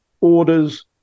orders